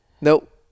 Nope